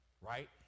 right